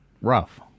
rough